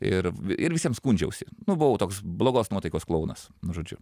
ir ir visiem skundžiausi nu buvau toks blogos nuotaikos klounas nu žodžiu